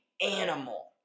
animal